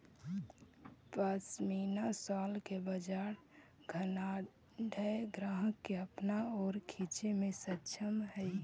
pashmina shawl के बाजार धनाढ्य ग्राहक के अपना ओर खींचे में सक्षम हई